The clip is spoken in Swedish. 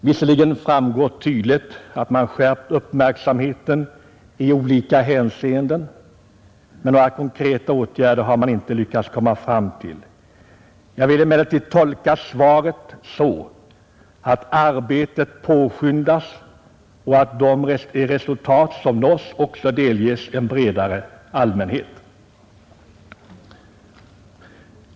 Visserligen framgår tydligt att man skärpt uppmärksamheten i olika hänseenden, men några konkreta åtgärder har man inte lyckats komma fram till. Jag vill emellertid tolka svaret så att arbetet påskyndas och att de resultat som nås också delges en bredare allmänhet.